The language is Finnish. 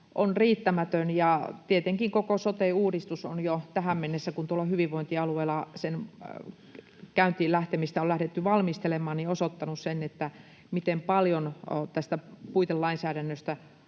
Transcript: on riittämätön. Ja tietenkin koko sote-uudistus on jo tähän mennessä, kun tuolla hyvinvointialueilla sen käyntiin lähtemistä on lähdetty valmistelemaan, osoittanut sen, miten paljon tästä puitelainsäädännöstä